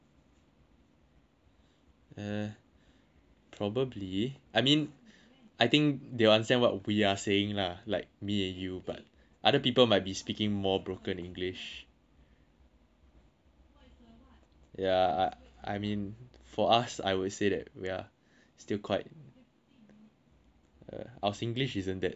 eh probably I mean I think they'll understand what we're saying lah like me and you but other people might be speaking more broken english ya I mean for us I would say that we're still quite uh our singlish isn't that isn't that intense